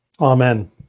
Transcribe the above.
Amen